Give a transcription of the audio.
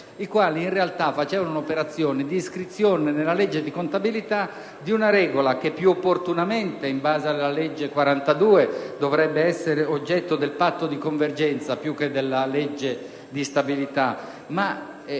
i quali, in realtà, facevano un'operazione di iscrizione nella legge di contabilità di una regola che più opportunamente, in base alla legge n. 42 del 2009, dovrebbe essere oggetto del Patto di convergenza più che della legge di stabilità.